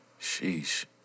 Sheesh